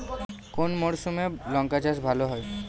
কোন মরশুমে লঙ্কা চাষ ভালো হয়?